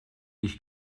ich